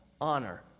honor